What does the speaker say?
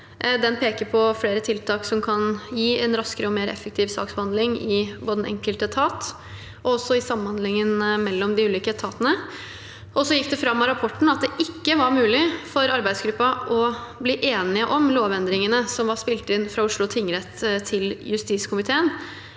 Den peker på flere tiltak som kan gi en raskere og mer effektiv saksbehandling, både i den enkelte etat og i samhandlingen mellom de ulike etatene. Det gikk fram av rapporten at det ikke var mulig for arbeidsgruppen å bli enig om lovendringene som var spilt inn fra Oslo tingrett til justiskomiteen.